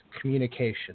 communication